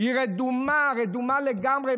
היא רדומה, רדומה לגמרי.